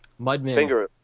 Mudman